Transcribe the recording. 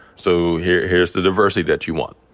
so here's here's the diversity that you want.